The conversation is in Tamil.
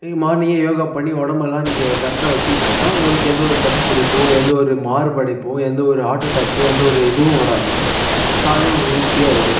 மார்னிங்கே யோகா பண்ணி உடம்பெல்லாம் நீங்கள் கரெக்டாக வெச்சிக்கிட்டீங்கன்னா உங்களுக்கு எந்த ஒரு தசை பிடிப்போ எந்த ஒரு மார்படைப்போ எந்த ஒரு ஹார்ட் அட்டாக்கு எந்த ஒரு இதுவும் வராது காலைலையே ஒரு ஹெல்த்தியாக வரும்